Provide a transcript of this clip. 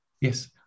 Yes